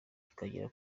ikagera